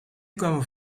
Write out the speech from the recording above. kwamen